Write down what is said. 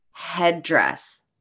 headdress